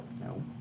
No